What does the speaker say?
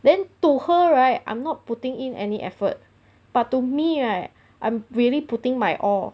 then to her right I'm not putting in any effort but to me right I'm really putting my all